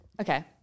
Okay